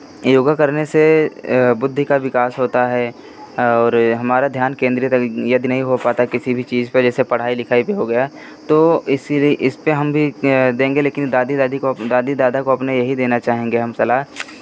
योगा करने से बुद्धि का विकास होता है और हमारा ध्यान केन्द्रित अभी यदि नहीं हो पाता है किसी भी चीज़ पे जैसे पढ़ाई लिखाई पे हो गया तो इस लिए इस पे हम भी देंगे लेकिन दादी दादी को दादी दादा को अपने यही देना चाहेंगे हम सलाह